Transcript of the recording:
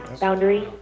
Boundary